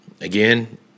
again